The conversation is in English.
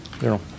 General